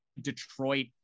Detroit